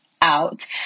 out